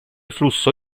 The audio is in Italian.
flusso